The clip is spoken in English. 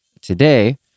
Today